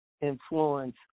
influence